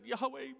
Yahweh